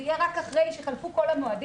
זה יהיה רק אחרי שחלפו כל המועדים,